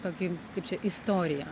tokį kaip čia istoriją